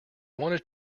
wanted